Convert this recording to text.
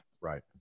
Right